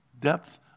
depth